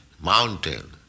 mountain